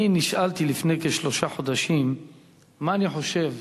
אני נשאלתי לפני כשלושה חודשים מה אני חושב